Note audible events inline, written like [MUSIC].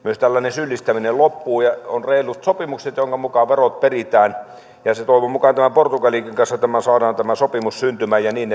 syyllistäminen myös loppuu ja on reilut sopimukset joiden mukaan verot peritään ja toivon mukaan portugalinkin kanssa tämä sopimus saadaan syntymään ja niin [UNINTELLIGIBLE]